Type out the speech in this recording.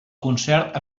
concert